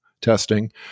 testing